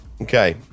Okay